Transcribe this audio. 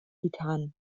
getan